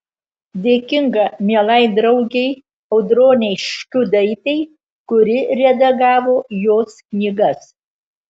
dėkinga mielai draugei audronei škiudaitei kuri redagavo jos knygas